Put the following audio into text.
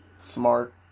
Smart